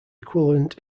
equivalent